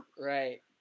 right